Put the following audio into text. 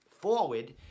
forward